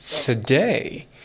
today